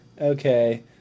okay